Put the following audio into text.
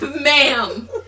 ma'am